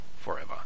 forever